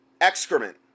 excrement